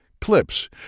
Clips